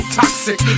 toxic